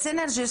ב-Synergy,